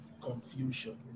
confusion